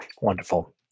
wonderful